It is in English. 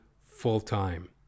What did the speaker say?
full-time